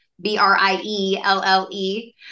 B-R-I-E-L-L-E